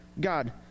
God